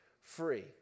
free